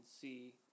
see